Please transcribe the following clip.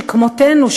שכמותנו,